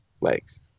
legs